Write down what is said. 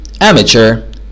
Amateur